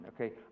okay